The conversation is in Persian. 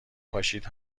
پاشید